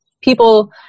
people